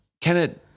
Kenneth